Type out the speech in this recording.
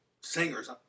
singers